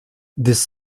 this